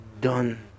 done